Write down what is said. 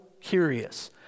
curious